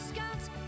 Scouts